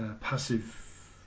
passive